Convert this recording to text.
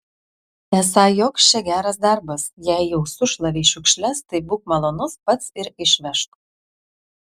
esą joks čia geras darbas jei jau sušlavei šiukšles tai būk malonus pats ir išvežk